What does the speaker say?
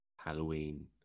Halloween